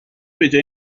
بجای